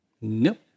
Nope